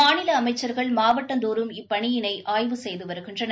மாநில அமைச்சர்கள் மாவட்டந்தோறும் இப்பணியினை ஆய்வு செய்து வருகின்றனர்